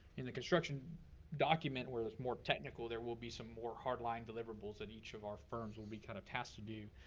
in the construction document where there's more technical there will be some more hard line deliverables that each of our firms will be kind of tasked to do.